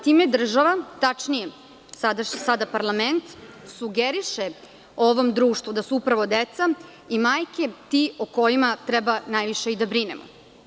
Time država, tačnije, sada parlament sugeriše ovom društvu da su upravo deca i majke ti o kojima treba najviše i da brinemo.